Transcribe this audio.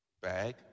Bag